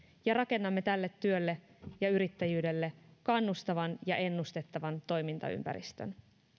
ja rakennamme tälle työlle ja yrittäjyydelle kannustavan ja ennustettavan toimintaympäristön